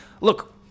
Look